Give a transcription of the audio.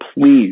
please